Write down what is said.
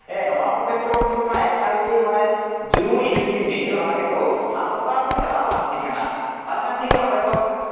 ᱦᱮᱸ ᱱᱚᱣᱟ ᱠᱚ ᱠᱷᱮᱛᱨᱚ ᱨᱮᱫᱚ ᱦᱩᱭᱩᱜ ᱠᱟᱱᱟ ᱮᱠᱟᱞᱜᱮ ᱢᱟᱱᱮ ᱡᱩᱨᱩᱨᱤ ᱵᱷᱤᱛᱛᱤ ᱛᱮ ᱚᱱᱟ ᱫᱚ ᱠᱤᱱᱛᱩ ᱦᱟᱥᱯᱟᱛᱟᱞ ᱜᱮ ᱪᱟᱞᱟᱣ ᱞᱟᱹᱠᱛᱤ ᱠᱟᱱᱟ ᱟᱨ ᱵᱟᱠᱷᱟᱱ ᱪᱤᱠᱟᱹᱜᱼᱟ ᱚᱸᱰᱮ ᱫᱚ